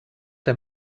der